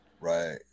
Right